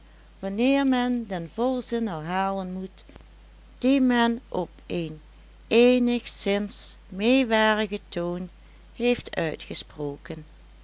wanneer men den volzin herhalen moet die men op een eenigszins meewarigen toon heeft uitgesproken